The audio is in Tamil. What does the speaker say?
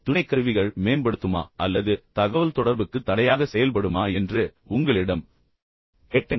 துணைக்கருவிகள் மேம்படுத்துமா அல்லது தகவல்தொடர்புக்கு தடையாக செயல்படுமா என்று நான் உங்களிடம் கேட்டேன்